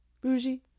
bougie